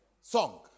song